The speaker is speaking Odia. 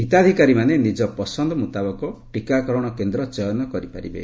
ହିତାଧିକାରୀମାନେ ନିଜ ପସନ୍ଦ ମୁତାବକ ଟିକାକରଣ କେନ୍ଦ୍ର ଚୟନ କରିପାରିବେ